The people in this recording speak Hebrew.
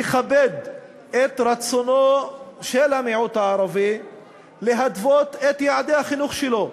תכבד את רצונו של המיעוט הערבי להתוות את יעדי החינוך שלו.